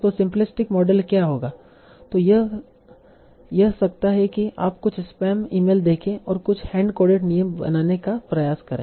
तो simplistic model क्या होगा तों यह सकता है की आप कुछ स्पैम ईमेल देखे और कुछ हैंड कोडेड नियम बनाने का प्रयास करें